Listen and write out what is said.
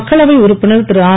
மக்களவை உறுப்பினர் திருஆர்